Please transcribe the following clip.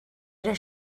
era